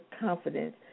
confidence